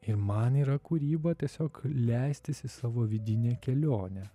ir man yra kūryba tiesiog leistis į savo vidinę kelionę